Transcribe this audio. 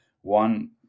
one